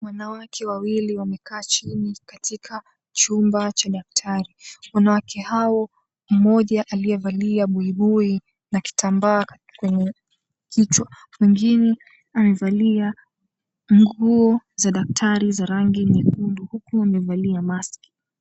Wanawake wawili wameka chini katika chumba cha daktari. Wanawake hao mmoja aliyevalia buibui na kitambaa kwenye kichwa, mwengine amevalia nguo za daktari za rangi nyekundu huku amevalia mask .